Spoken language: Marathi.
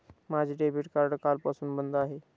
माझे डेबिट कार्ड कालपासून बंद आहे